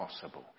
possible